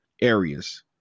areas